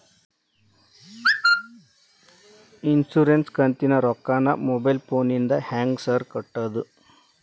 Insurance ಕಂತಿನ ರೊಕ್ಕನಾ mobile ಫೋನಿಂದ ಹೆಂಗ್ ಸಾರ್ ಕಟ್ಟದು?